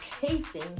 casing